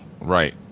Right